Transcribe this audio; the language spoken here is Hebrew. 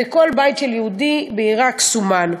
וכל בית של יהודי בעיראק סומן.